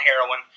heroin